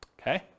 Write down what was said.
okay